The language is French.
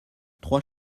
trois